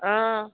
आं